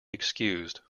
excused